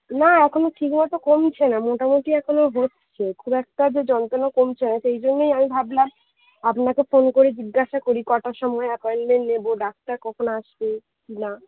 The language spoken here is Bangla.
না এখনো ঠিকমতো কমছে না মোটামুটি এখনো হচ্ছে খুব একটা যে যন্তনা কমছে না সেই জন্যেই আমি ভাবলাম আপনাকে ফোন করে জিজ্ঞাসা করি কটার সময় অ্যাপয়েন্টমেন্ট নেবো ডাক্তার কখন আসবে কি না